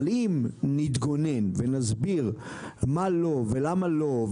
אבל אם נתגונן ונסביר מה לא ולמה לא,